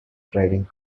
driving